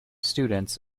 students